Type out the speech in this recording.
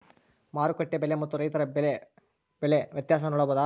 ಮಾರುಕಟ್ಟೆ ಬೆಲೆ ಮತ್ತು ರೈತರ ಬೆಳೆ ಬೆಲೆ ವ್ಯತ್ಯಾಸ ನೋಡಬಹುದಾ?